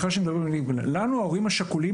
לנו ההורים השכולים,